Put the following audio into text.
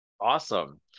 Awesome